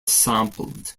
sampled